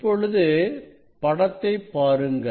இப்பொழுது படத்தைப் பாருங்கள்